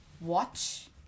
watch